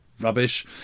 rubbish